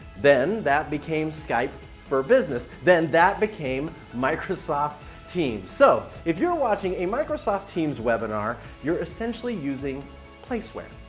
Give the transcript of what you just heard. then, that became skype for business. then, that became microsoft teams. so, if you're watching a microsoft teams webinar, you're essentially using placeware.